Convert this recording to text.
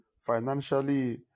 financially